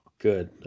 good